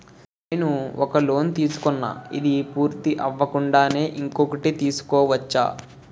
నేను ఒక లోన్ తీసుకున్న, ఇది పూర్తి అవ్వకుండానే ఇంకోటి తీసుకోవచ్చా?